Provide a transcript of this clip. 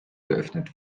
geöffnet